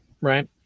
right